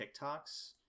TikToks